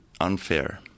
unfair